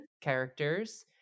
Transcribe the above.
characters